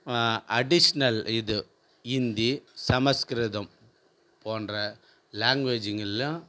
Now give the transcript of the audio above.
additional இது ஹிந்தி சமஸ்கிருதம் போன்ற லாங்குவேஜுங்கள்லேயும்